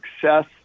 success